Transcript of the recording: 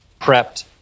prepped